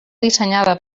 dissenyada